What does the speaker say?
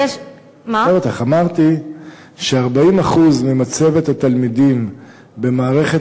אמרתי ש-40% ממצבת התלמידים במערכת